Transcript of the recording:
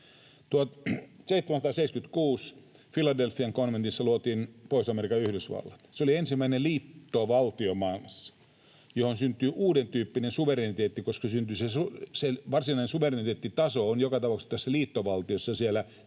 1776 Philadelphian konventissa luotiin Pohjois-Amerikan yhdysvallat. Se oli maailmassa ensimmäinen liittovaltio, johon syntyi uudentyyppinen suvereniteetti — se varsinainen suvereniteettitaso on joka tapauksessa tässä liittovaltiossa siellä